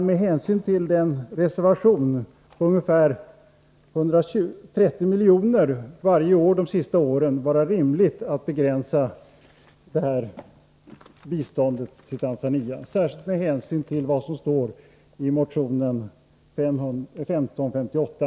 Med hänsyn till att ca 130 milj.kr. reserverats varje år de senaste åren kan det vara rimligt att begränsa biståndet till Tanzania, särskilt med hänsyn till vad som står i motion 1558.